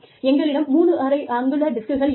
எங்களிடம் 3 12 அங்குல டிஸ்க்குகள் இருந்தன